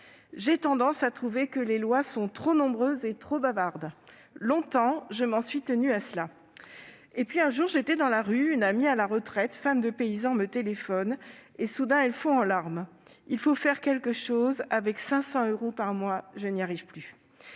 J'ai tendance à trouver, en effet, que les lois sont trop nombreuses et trop bavardes. Longtemps, je m'en suis tenue à ce principe. Et puis, un jour, alors que je suis dans la rue, une amie à la retraite, femme de paysan, me téléphone. Soudain, elle fond en larmes :« Il faut faire quelque chose, avec 500 euros par mois, je n'y arrive plus !